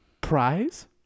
prize